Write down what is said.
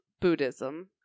Buddhism